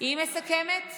היא מסכמת?